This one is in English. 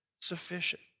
sufficient